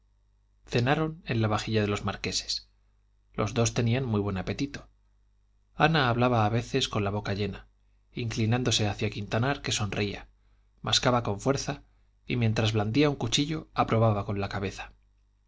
cenaron en la vajilla de los marqueses los dos tenían muy buen apetito ana hablaba a veces con la boca llena inclinándose hacia quintanar que sonreía mascaba con fuerza y mientras blandía un cuchillo aprobaba con la cabeza